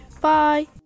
Bye